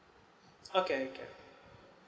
okay can